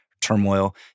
turmoil